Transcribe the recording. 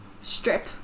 strip